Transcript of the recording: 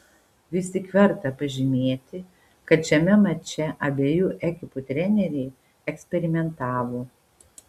vis tik verta pažymėti kad šiame mače abiejų ekipų treneriai eksperimentavo